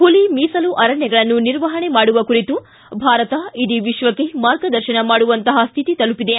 ಹುಲಿ ಮೀಸಲು ಅರಣ್ಡಗಳನ್ನು ನಿರ್ವಹಣೆ ಮಾಡುವ ಕುರಿತು ಭಾರತ ಇಡೀ ವಿಶ್ವಕ್ಷೆ ಮಾರ್ಗದರ್ಶನ ಮಾಡುವಂತಹ ಸ್ಕಿತಿ ತಲುಪಿದೆ